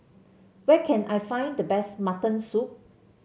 where can I find the best Mutton Soup